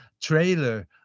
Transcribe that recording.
trailer